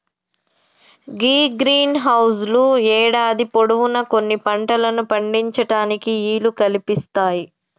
గీ greenhouse లు యేడాది పొడవునా కొన్ని పంటలను పండించటానికి ఈలు కల్పిస్తాయి